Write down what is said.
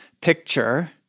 picture